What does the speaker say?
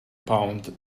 pound